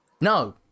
No